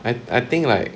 I I think like